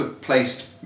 placed